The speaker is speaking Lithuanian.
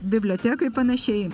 bibliotekoj panašiai